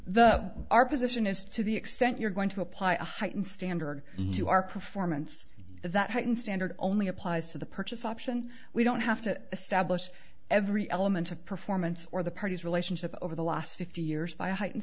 the our position is to the extent you're going to apply a heightened standard to our performance that heightened standard only applies to the purchase option we don't have to establish every element of performance or the party's relationship over the last fifty years by height